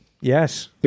Yes